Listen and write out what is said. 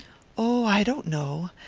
oh, i don't know.